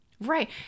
Right